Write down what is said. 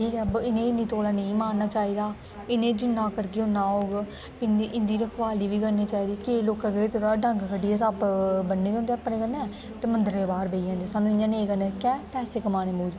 ठीक ऐ इंहेगी इनी तोले नेई मारना चाहिदा इंहेगी जिना करगे इना होग इंदी रखवाली बी करनी चाहिदी केंई लोके केह् किता दा होंदा डंग कड्डी ऐ सप्प बने दे होंदे अपने कन्ने ते मंदरे दे बाहर बेही जंदे सानू इयां नेई करना चाहिदा केंह पैसे कमाने दे मूजब